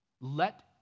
let